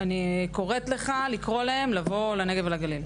אני קוראת לך לקרוא להם לבוא לנגב ולגליל.